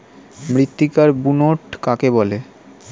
মৃত্তিকার বুনট কাকে বলে?